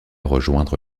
rejoindre